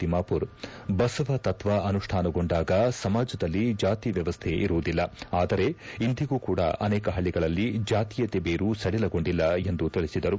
ತಿಮ್ಮಾಮರ್ ಬಸವ ತತ್ವ ಅನುಷ್ಠಾನಗೊಂಡಾಗ ಸಮಾಜದಲ್ಲಿ ಜಾತಿವ್ಯವಸ್ಥೆ ಇರುವುದಿಲ್ಲ ಆದರೆ ಇಂದಿಗೂ ಕೂಡಾ ಅನೇಕ ಪಳ್ಳಿಗಳಲ್ಲಿ ಜಾತೀಯತೆ ಬೇರು ಸಡಿಲಗೊಂಡಿಲ್ಲ ಎಂದು ತಿಳಿಸಿದರು